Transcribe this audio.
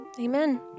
Amen